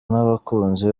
n’abakunzi